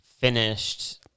finished